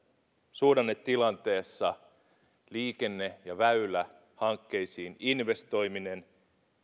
suhdannetilanteessa liikenne ja väylähankkeisiin investoiminen